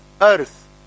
earth